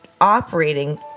operating